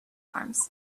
arms